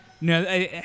no